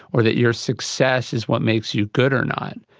or that your success is what makes you good or not.